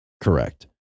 Correct